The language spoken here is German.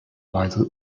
weise